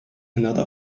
another